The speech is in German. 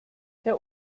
herr